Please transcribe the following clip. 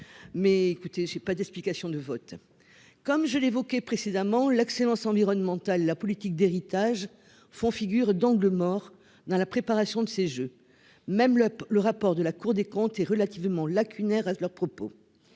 Mais écoutez, j'ai pas d'explication de vote comme je l'évoquais précédemment, l'excellence environnementale, la politique d'héritage font figure d'angle mort dans la préparation de ces Jeux. Même le le rapport de la Cour des comptes est relativement lacunaires leurs propos.